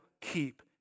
keep